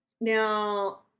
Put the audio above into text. Now